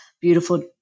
beautiful